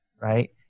right